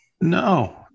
no